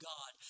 God